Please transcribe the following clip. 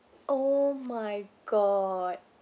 oh my god